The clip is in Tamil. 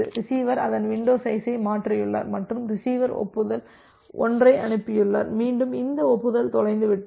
ரிசீவர் அதன் வின்டோ சைஸை மாற்றியுள்ளார் மற்றும் ரிசீவர் ஒப்புதல் 1ஐ அனுப்பியுள்ளார் மீண்டும் இந்த ஒப்புதல் தொலைந்துவிட்டது